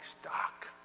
stock